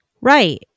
Right